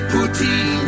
Putin